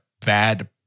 bad